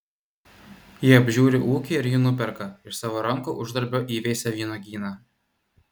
ji apžiūri ūkį ir jį nuperka iš savo rankų uždarbio įveisia vynuogyną